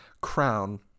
crown